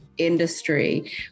industry